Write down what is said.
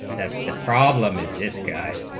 that the problem is this guy